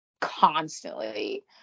constantly